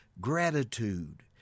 gratitude